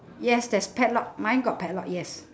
yes there's padlock mine got padlock yes